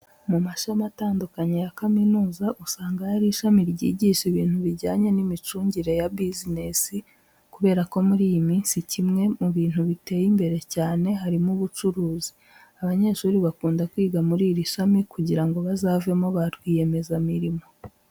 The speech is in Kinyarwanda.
Mu mashami atandukanye ya kaminuza usanga hari ishami ryigisha ibintu bijyanye n'imicungire ya business kubera ko muri iyi minsi kimwe mu bintu biteye imbere cyane harimo ubucuruzi. Abanyeshuri bakunda kwiga muri iri shami kugira ngo bazavemo ba rwiyemezamirimo.